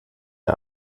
der